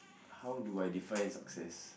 how do I define success